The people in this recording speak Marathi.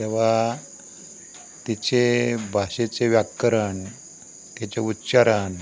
तेव्हा तिचे भाषेचे व्याकरण तिचे उच्चारण